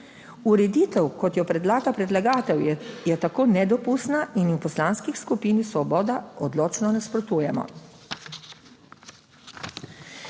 Ureditev, kot jo predlaga predlagatelj, je tako nedopustna in ji v Poslanski skupini Svoboda odločno nasprotujemo.